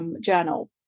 journal